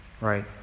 right